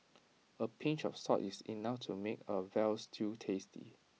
A pinch of salt is enough to make A Veal Stew tasty